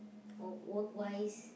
or work wise